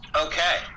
okay